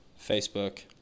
Facebook